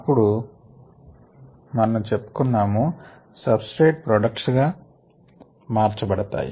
అప్పుడు మనము చెప్పుకున్నాము సబ్స్ట్రేట్స్ ప్రోడక్ట్స్ గా మార్చబడతాయి